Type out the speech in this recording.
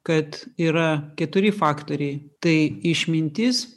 kad yra keturi faktoriai tai išmintis